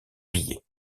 billets